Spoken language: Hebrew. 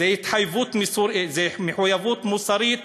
זאת מחויבות מוסרית